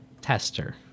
tester